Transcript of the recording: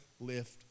lift